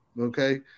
Okay